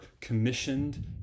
commissioned